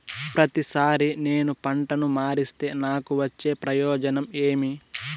ప్రతిసారి నేను పంటను మారిస్తే నాకు వచ్చే ప్రయోజనం ఏమి?